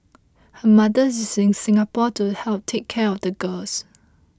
her mother is in Singapore to help take care of the girls